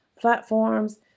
platforms